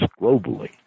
globally